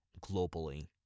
Globally